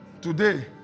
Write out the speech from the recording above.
Today